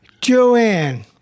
Joanne